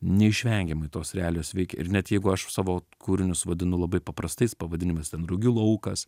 neišvengiamai tos realijos veikia ir net jeigu aš savo kūrinius vadinu labai paprastais pavadinimais ten rugių laukas